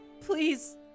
Please